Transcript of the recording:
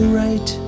right